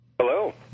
Hello